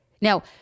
Now